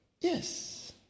yes